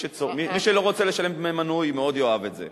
מי שלא רוצה לשלם דמי מנוי מאוד יאהב את זה.